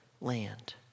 land